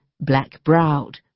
black-browed